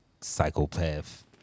psychopath